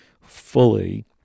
fully